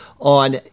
on